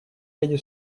ряде